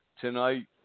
Tonight